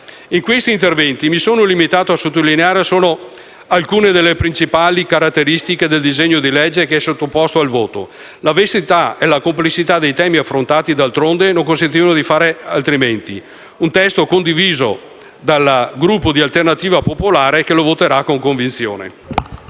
In questo interventi mi sono limitato a sottolineare solo alcune delle principali caratteristiche del disegno di legge che è sottoposto al voto dell'Assemblea; la vastità e la complessità dei temi affrontati, d'altronde, non consentivano di fare altrimenti. Un testo condiviso dal Gruppo di Alternativa Popolare, che lo voterà con convinzione.